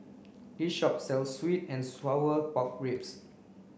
this shop sells sweet and sour pork ribs